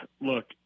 Look